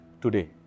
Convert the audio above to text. today